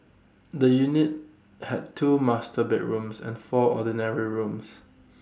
the unit had two master bedrooms and four ordinary rooms